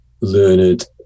learned